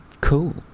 cool